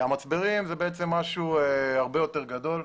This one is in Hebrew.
המצברים זה משהו הרבה יותר גדול.